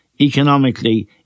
economically